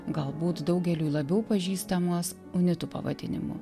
galbūt daugeliui labiau pažįstamus unitų pavadinimu